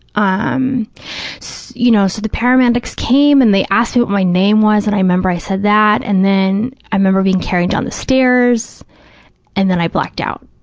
um so you know, so the paramedics came and they asked me what my name was and i remember i said that, and then i remember being carried down the stairs and then i blacked out,